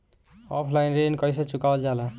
Offline ऋण कइसे चुकवाल जाला?